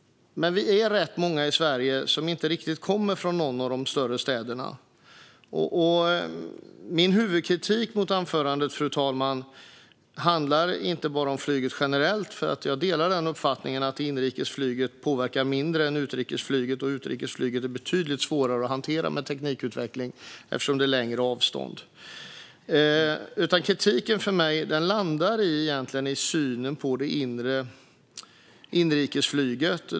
Men vi är rätt många i Sverige som inte riktigt kommer från någon av de större städerna. Min huvudkritik mot anförandet, fru talman, handlar inte bara om flyget generellt. Jag delar uppfattningen att inrikesflyget påverkar mindre än utrikesflyget, och utrikesflyget är betydligt svårare att hantera med teknikutveckling eftersom det är längre avstånd. Huvudkritiken för mig handlar om synen på inrikesflyget.